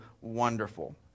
wonderful